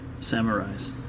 Samurais